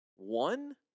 One